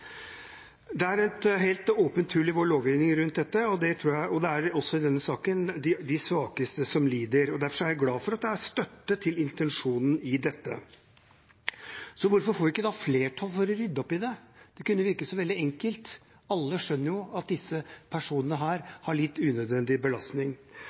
og det er også i denne saken de svakeste som lider. Derfor er jeg glad for at det er støtte til intensjonen i dette. Så hvorfor får vi ikke da flertall for å rydde opp i det? Det kunne virke så veldig enkelt. Alle skjønner jo at disse personene har lidd unødvendig belastning.